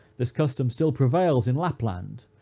this custom still prevails in lapland,